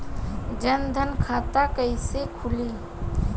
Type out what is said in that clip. जनधन खाता कइसे खुली?